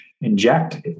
inject